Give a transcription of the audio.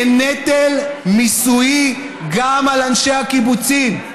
של נטל מיסויי גם על אנשי הקיבוצים.